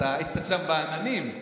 היית עכשיו בעננים.